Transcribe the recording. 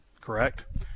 correct